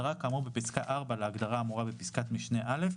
הצהרה כאמור בפסקה (3) להגדרה האמורה בפסקת משנה (א).